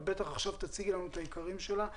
את בטח עכשיו תציגי לנו את העיקרים שלה.